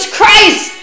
Christ